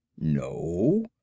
no